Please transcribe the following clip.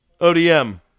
odm